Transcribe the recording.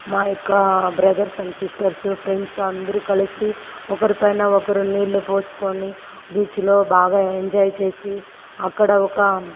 మా యొక్క brothers and sisters friends అందరు కలిసి ఒకరి పైన ఒకరు నీళ్ళు పోసుకొని బీచ్లో బాగా ఎంజాయ్ చేసి అక్కడ ఒక